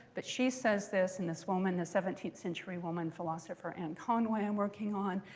but she says this and this woman, this seventeenth century woman philosopher anne conway i'm working on.